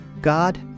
God